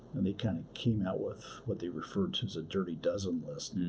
and they kind of came out with what they referred to as a dirty dozen list,